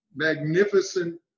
magnificent